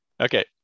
Okay